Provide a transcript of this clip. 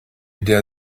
der